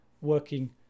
working